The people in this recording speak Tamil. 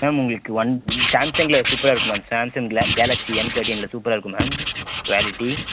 மேம் உங்களுக்கு ஒன் சாம்சங்கில் சூப்பராக இருக்கும் மேம் சாம்சங்கில் கேலக்சி எம் தேட்டினில் சூப்பராக இருக்கும் மேம் குவாலிட்டி